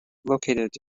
located